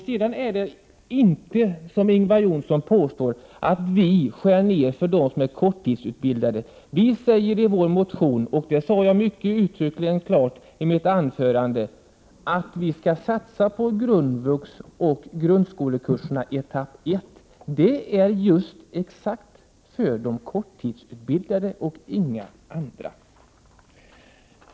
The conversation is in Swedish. Det är inte så, som Ingvar Johnsson påstår, att moderaterna vill skära ned på undervisningen för de korttidsutbildade. I vår motion sägs, vilket jag mycket klart uttryckte i mitt huvudanförande, att vi skall satsa på grundvux och grundskolekurserna etapp 1. Dessa utbildningar är till för de korttidsutbildade och inga andra.